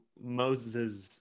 Moses